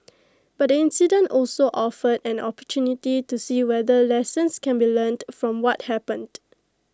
but the incident also offered an opportunity to see whether lessons can be learned from what happened